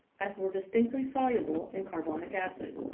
as were distinctly soluble in carbonic acid.